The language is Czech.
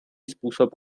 způsob